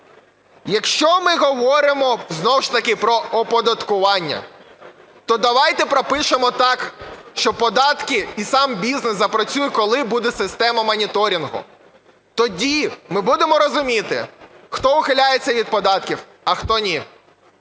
Якщо ми говоримо, знову ж таки про оподаткування, то давайте пропишемо так, що податки і сам бізнес запрацює, коли буде система моніторингу. Тоді ми будемо розуміти, хто ухиляється від податків, а хто – ні.